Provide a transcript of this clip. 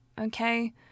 Okay